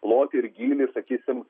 plotį ir gylį sakysim